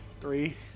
Three